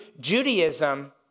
Judaism